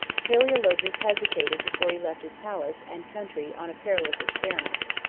palaeologus hesitated before he left his palace and country on a perilous experiment.